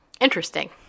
Interesting